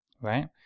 right